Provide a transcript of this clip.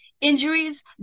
Injuries